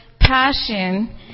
passion